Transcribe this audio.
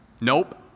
Nope